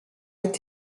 est